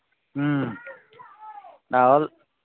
ꯎꯝ ꯂꯥꯛꯑꯣ